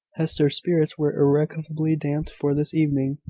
hester's spirits were irrecoverably damped for this evening.